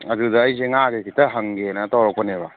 ꯑꯗꯨꯗ ꯑꯩꯁꯦ ꯉꯥꯁꯦ ꯈꯤꯇ ꯍꯪꯒꯦꯅ ꯇꯧꯔꯛꯄꯅꯦꯕ